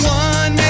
one